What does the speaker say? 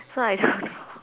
so I don't know